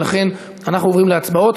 ולכן אנחנו עוברים להצבעות.